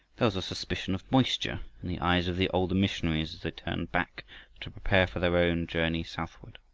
there was a suspicion of moisture in the eyes of the older missionaries as they turned back to prepare for their own journey southward.